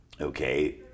okay